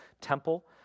temple